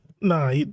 Nah